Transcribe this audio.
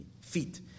feet